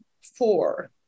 four